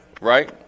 right